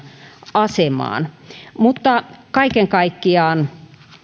asemaan kaiken kaikkiaan